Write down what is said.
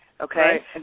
Okay